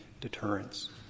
deterrence